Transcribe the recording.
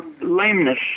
Lameness